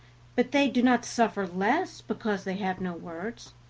but they do not suffer less because they have no words.